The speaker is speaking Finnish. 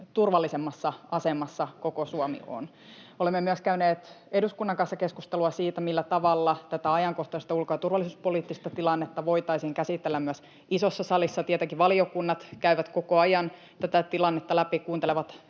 turvallisemmassa asemassa koko Suomi on. Olemme myös käyneet eduskunnan kanssa keskustelua siitä, millä tavalla tätä ajankohtaista ulko- ja turvallisuuspoliittista tilannetta voitaisiin käsitellä myös isossa salissa. Tietenkin valiokunnat käyvät koko ajan tätä tilannetta läpi — kuuntelevat